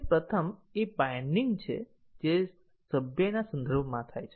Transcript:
પ્રથમ એ બાઈન્ડીંગ છે જે સભ્યના સંદર્ભમાં થાય છે